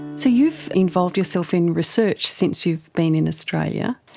so you've involved yourself in research since you've been in australia.